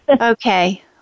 Okay